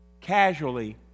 casually